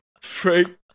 Frank